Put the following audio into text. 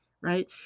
right